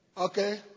Okay